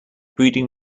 breeding